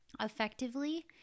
effectively